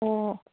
ꯑꯣ